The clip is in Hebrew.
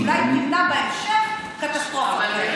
שאולי תמנע בהמשך קטסטרופות כאלה?